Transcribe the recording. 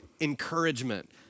encouragement